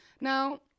Now